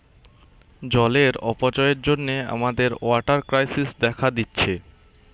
জলের অপচয়ের জন্যে আমাদের ওয়াটার ক্রাইসিস দেখা দিচ্ছে